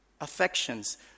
affections